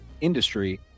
industry